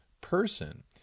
person